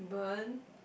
burn